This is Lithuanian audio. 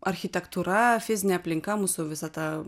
architektūra fizinė aplinka mūsų visa ta